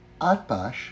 Atbash